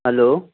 hello